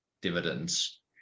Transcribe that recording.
dividends